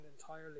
entirely